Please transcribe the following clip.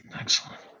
Excellent